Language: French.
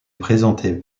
présenté